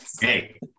Hey